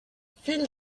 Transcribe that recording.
fill